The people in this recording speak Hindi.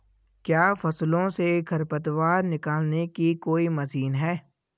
क्या फसलों से खरपतवार निकालने की कोई मशीन है?